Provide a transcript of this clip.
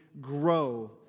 grow